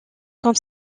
comme